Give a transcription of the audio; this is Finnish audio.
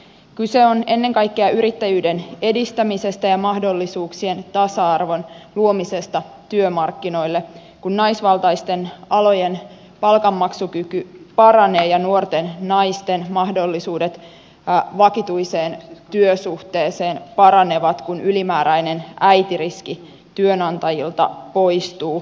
kyse on ennen kaikkea yrittäjyyden edistämisestä ja mahdollisuuksien tasa arvon luomisesta työmarkkinoille kun naisvaltaisten alojen palkanmaksukyky paranee ja nuorten naisten mahdollisuudet vakituiseen työsuhteeseen paranevat kun ylimääräinen äitiriski työnantajilta poistuu